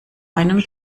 einem